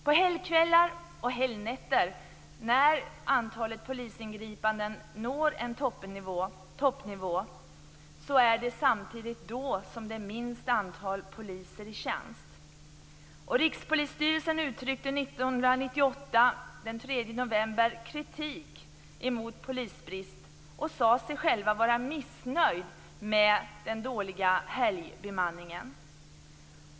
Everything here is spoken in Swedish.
På helgkvällar och helgnätter når antalet polisingripanden en toppnivå, och samtidigt är det då som minst antal poliser är i tjänst. Rikspolisstyrelsen uttryckte den 3 november 1998 kritik mot polisbrist och sade sig vara missnöjd med den dåliga helgbemanningen.